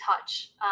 touch